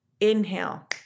Inhale